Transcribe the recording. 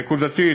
נקודתית,